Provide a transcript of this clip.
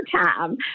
time